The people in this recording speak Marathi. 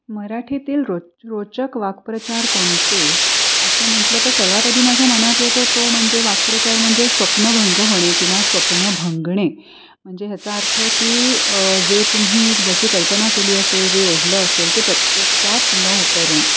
मराठीतील रोच रोचक वाक्प्रचार कोणते असं म्हटलं तर सर्वात आधी माझ्या मनात येतो तो म्हणजे वाक्प्रचार म्हणजे स्वप्नभंग होणे किंवा स्वप्न भंगणे म्हणजे ह्याचा अर्थ की जे तुम्ही ज्याची कल्पना केली असेल जे योजलं असेल ते प्रत्यक्षात न उतरणं